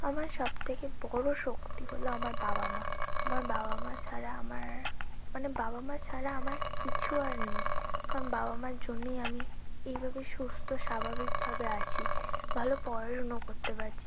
আমার সবথেকে বড় শক্তি হলো আমার বাবা মা আমার বাবা মা ছাড়া আমার মানে বাবা মা ছাড়া আমার কিছু আর নেই কারণ বাবা মার জন্যই আমি এইভাবে সুস্থ স্বাভাবিকভাবে আছি ভালো পড়াশুনো করতে পারছি